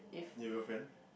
your girlfriend